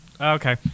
Okay